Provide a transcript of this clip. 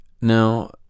Now